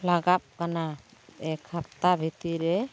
ᱞᱟᱜᱟ ᱠᱟᱱᱟ ᱮᱠ ᱦᱟᱯᱛᱟ ᱵᱷᱤᱛᱤᱨ ᱨᱮ